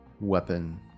weapon